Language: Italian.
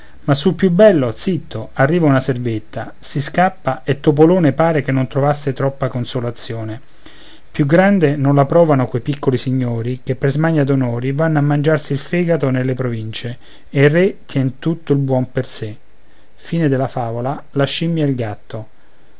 ma sul più bello zitto arriva una servetta si scappa e topolone pare che non trovasse troppa consolazione più grande non la provano quei piccoli signori che per smania d'onori vanno a mangiarsi il fegato nelle province e il re tien tutto il buon per sé